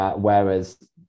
Whereas